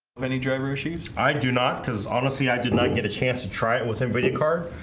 of any driver issues. i do not because honestly i did not get a chance to try it with nvidia card